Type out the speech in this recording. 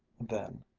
then,